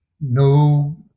No